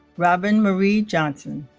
robin marie johnson